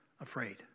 afraid